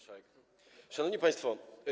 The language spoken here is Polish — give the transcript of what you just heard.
Szanowni Państwo!